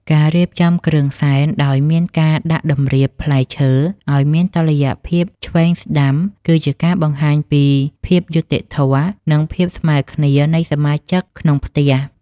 ការរៀបចំគ្រឿងសែនដោយមានការដាក់តម្រៀបផ្លែឈើឱ្យមានតុល្យភាពឆ្វេងស្ដាំគឺជាការបង្ហាញពីភាពយុត្តិធម៌ និង ភាពស្មើគ្នានៃសមាជិកក្នុងផ្ទះ។